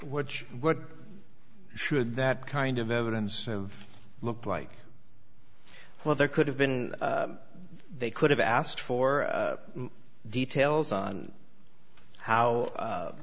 which what should that kind of evidence have looked like well there could have been they could have asked for details on how